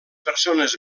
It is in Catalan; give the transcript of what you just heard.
persones